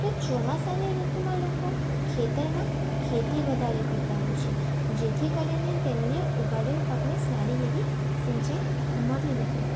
તો ચોમાસાની ઋતુમાં લોકો ખેતરમાં ખેતી વધારે કરતા હોય છે જેથી કરીને તેમને ઉગાડેલા પાકને સારી એવી સિંચાઇ મળી રહે